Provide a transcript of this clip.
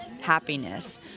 happiness